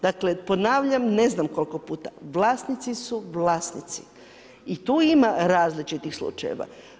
Dakle ponavljam ne znam koliko puta, vlasnici su vlasnici i tu ima različitih slučajeva.